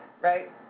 right